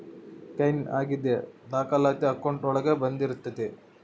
gain ಆಗಿದ್ ದಾಖಲಾತಿ account ಒಳಗ ಬಂದಿರುತ್ತೆ